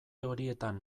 horietan